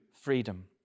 freedom